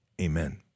amen